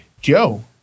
Joe